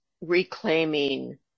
reclaiming